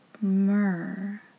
myrrh